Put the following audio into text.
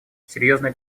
серьезной